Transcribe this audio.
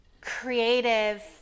creative